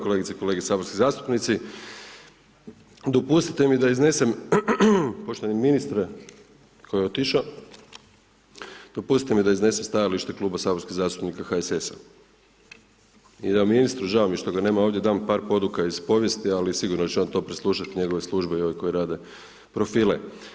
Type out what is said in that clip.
Kolegice i kolege saborski zastupnici, dopustite mi da iznesem, poštovani ministre, koji je otišao, dopustite mi da iznesem stajalište Kluba saborskih zastupnika HSS-a i da ministru, žao mi je što ga nema ovdje, dam par poduka iz povijesti, ali sigurno će on to preslušati, njegove službe i ove koje rade profile.